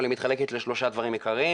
והיא מתחלקת לשלושה דברים עיקריים.